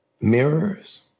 mirrors